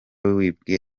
wibwe